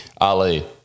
ali